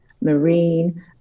marine